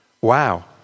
Wow